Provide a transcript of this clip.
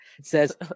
says